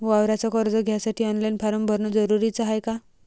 वावराच कर्ज घ्यासाठी ऑनलाईन फारम भरन जरुरीच हाय का?